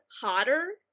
hotter